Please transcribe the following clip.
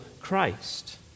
Christ